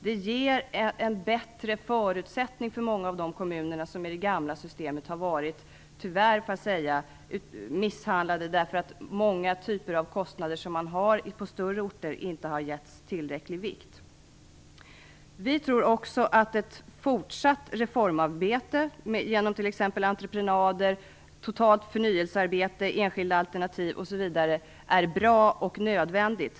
Det ger en bättre förutsättning för många av de kommuner som i det gamla systemet tyvärr har blivit misshandlade, därför att många typer av kostnader som man har på större orter inte har getts tillräcklig vikt. Vi tror också att ett fortsatt reformarbete, genom t.ex. entreprenader, totalt förnyelsearbete, enskilda initiativ osv., är bra och nödvändigt.